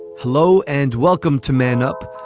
hello and welcome to man up.